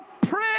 pray